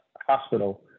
hospital